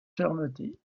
fermeté